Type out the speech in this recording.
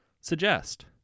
Suggest